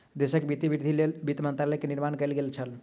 देशक वित्तीय वृद्धिक लेल वित्त मंत्रालय के निर्माण कएल गेल छल